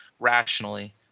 rationally